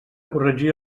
corregir